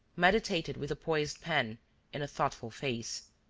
meditated with poised pen and a thoughtful face.